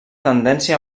tendència